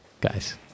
guys